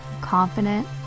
confident